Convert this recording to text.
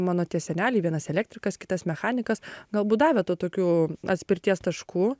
mano tie seneliai vienas elektrikas kitas mechanikas galbūt davė tų tokių atspirties taškų